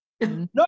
no